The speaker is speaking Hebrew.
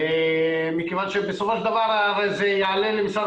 מכיוון שבסופו של דבר הרי זה יעלה למשרד